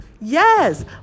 Yes